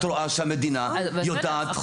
את רואה שהמדינה יודעת --- בסדר,